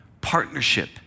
partnership